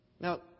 Now